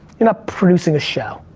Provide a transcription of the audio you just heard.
you're not producing a show.